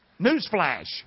Newsflash